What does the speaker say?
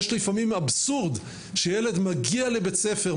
יש לפעמים אבסורד שילד מגיע לבית ספר,